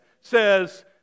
says